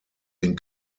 den